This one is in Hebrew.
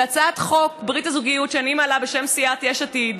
והצעת חוק ברית הזוגיות שאני מעלה בשם סיעת יש עתיד